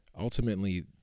ultimately